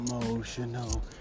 emotional